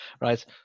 right